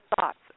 thoughts